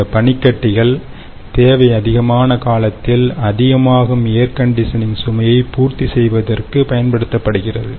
இந்தப் பனிக்கட்டிகள் தேவை அதிகமான காலத்தில் அதிகமாகும் ஏர் கண்டிஷனிங் சுமையை பூர்த்தி செய்வதற்கு பயன்படுத்தப்படுகிறது